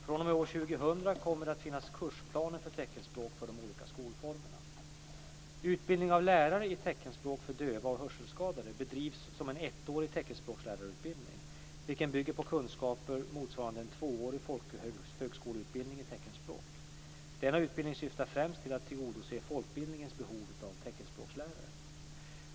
fr.o.m. år 2000 kommer det att finnas kursplaner för teckenspråk för de olika skolformerna. Utbildning av lärare i teckenspråk för döva och hörselskadade bedrivs som en ettårig teckenspråkslärarutbildning, vilken bygger på kunskaper motsvarande en tvåårig folkhögskoleutbildning i teckenspråk. Denna utbildning syftar främst till att tillgodose folkbildningens behov av teckenspråkslärare.